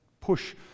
push